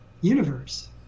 universe